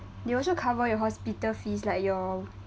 they also cover your hospital fees like your